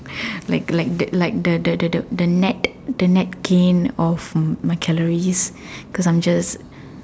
like like like the the the the net the net gain of my calories because I'm just